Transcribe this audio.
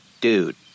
Dude